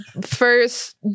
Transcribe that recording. First